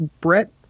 Brett